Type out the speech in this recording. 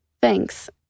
Thanks